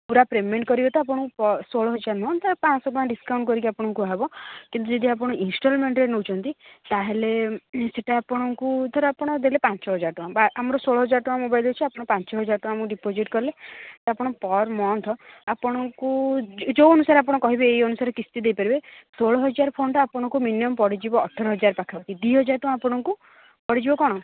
ପୂରା ପେମେଣ୍ଟ୍ କରିବେ ତ ଆପଣଙ୍କୁ ପ ଷୋହଳ ହଜାର ନୁହେଁ ତ ପାଆଁଶଟଙ୍କା ଡିସକାଉଣ୍ଟ୍ କରିକି ଆପଣଙ୍କୁ କୁହାହେବ କିନ୍ତୁ ଆପଣ ଯଦି ଇନଷ୍ଟଲମେଣ୍ଟରେ ନେଉଛନ୍ତି ତା'ହେଲେ ସେଇଟା ଆପଣଙ୍କୁ ଧର ଆପଣ ଦେଲେ ପାଞ୍ଚହଜାର ଟଙ୍କା ବା ଆମର ଷୋହଳ ହଜାର ଟଙ୍କା ମୋବାଇଲ୍ ଅଛି ଆପଣ ପାଞ୍ଚହଜାର ଟଙ୍କା ଆମକୁ ଡିପୋଜିଟ୍ କଲେ ଆପଣଙ୍କୁ ପର ମନ୍ଥ ଆପଣଙ୍କୁ ଯୋ ଯେଉଁ ଅନୁସାରେ ଆପଣ କହିବେ ଏହି ଅନୁସାରେ କିସ୍ତି ଦେଇ ପାରିବେ ଷୋଳହଜାର ଫୋନଟା ଆପଣଙ୍କୁ ମିନିୟମ୍ ପଡ଼ିଯିବ ଅଠରହଜାର ପାଖାପାଖି ଦୁଇହଜାର ଆପଣଙ୍କୁ ପଡ଼ିଯିବ କ'ଣ